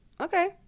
okay